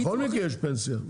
בכל מקרה יש פנסיה.